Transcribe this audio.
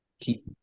keep